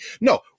no